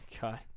God